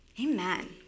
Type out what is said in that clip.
Amen